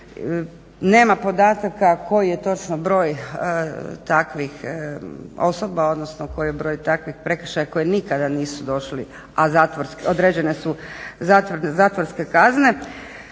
Nema podataka koji je točno broj takvih osoba, odnosno koji je broj takvih prekršaja koji nikada nisu došli, a određene su zatvorske kazne.